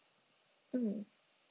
mm